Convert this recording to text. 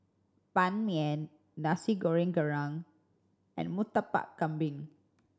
Ban Mian Nasi Goreng Kerang and Murtabak Kambing